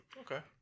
Okay